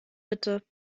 bitte